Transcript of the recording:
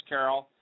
Carol